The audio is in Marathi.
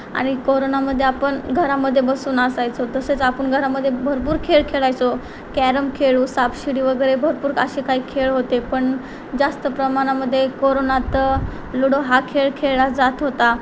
आणि कोरोनामध्ये आपण घरामध्ये बसून असायचो तसेच आपण घरामध्ये भरपूर खेळ खेळायचो कॅरम खेळू सापशिडी वगैरे भरपूर असे काही खेळ होते पण जास्त प्रमाणामध्ये कोरोनात लुडो हा खेळ खेळला जात होता